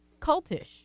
cultish